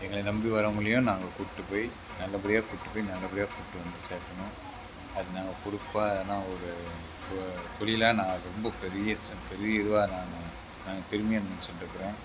எங்களை நம்பி வரவங்களையும் நாங்கள் கூப்பிட்டு போய் நல்லபடியாக கூப்பிட்டு போய் நல்லபடியாக கூப்பிட்டு வந்து சேர்க்கணும் அது நாங்கள் பொறுப்பான ஒரு தொழிலாக நான் ஒரு ரொம்ப பெரிய ச பெரிய இதுவாக நான் பெருமையாக நினைச்சிட்டுருக்குறேன்